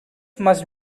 must